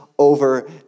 over